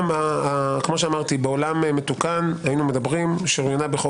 שבעולם מתוקן הגדרת "שוריינה בחוק